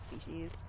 species